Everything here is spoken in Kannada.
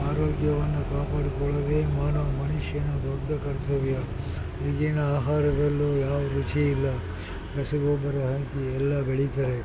ಆರೋಗ್ಯವನ್ನು ಕಾಪಾಡಿಕೊಳ್ಳೊದೇ ಮಾನ ಮನುಷ್ಯನ ದೊಡ್ಡ ಕರ್ತವ್ಯ ಈಗಿನ ಆಹಾರದಲ್ಲೂ ಯಾವ ರುಚಿ ಇಲ್ಲ ರಸಗೊಬ್ಬರ ಹಾಕಿ ಎಲ್ಲ ಬೆಳಿತಾರೆ